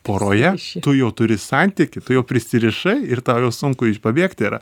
poroje tu jau turi santykį tu jau prisirišai ir tau jau sunku iš pabėgti yra